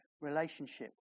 relationship